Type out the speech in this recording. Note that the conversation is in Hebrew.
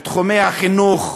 בתחומי חינוך,